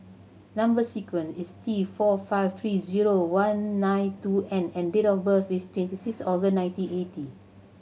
number sequence is T four five three zero one nine two N and date of birth is twenty six August nineteen eighty